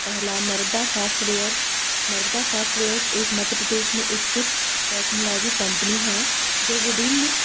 पहला Narmada softwares Narmada softwares एक मध्य प्रदेश में स्थित टेक्नोलॉजी कंपनी है जो विभिन्न